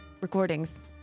recordings